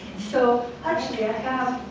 so actually, i